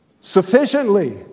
sufficiently